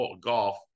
golf